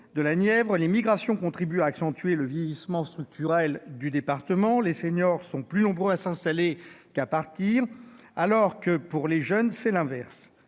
dans la Nièvre, les migrations contribuent à accentuer le vieillissement structurel du département : les seniors sont plus nombreux à s'installer qu'à partir, et inversement pour les jeunes. Ce